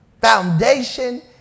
Foundation